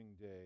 Day